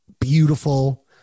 beautiful